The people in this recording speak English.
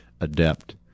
adept